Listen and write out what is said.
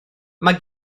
mae